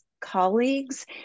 colleagues